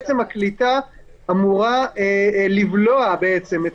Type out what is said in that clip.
עצם הקליטה אמורה לבלוע את